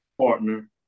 partner